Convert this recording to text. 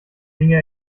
dinge